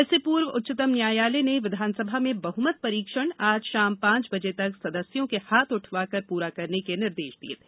इसके पूर्व उच्चतम न्यायालय ने विधानसभा में बहुमत परीक्षण आज शाम पांच बजे तक सदस्यों के हाथ उठवाकर पूरा करने के निर्देश दिए हैं